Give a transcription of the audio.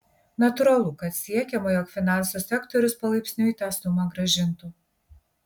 natūralu kad siekiama jog finansų sektorius palaipsniui tą sumą grąžintų